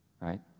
right